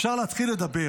אפשר להתחיל לדבר.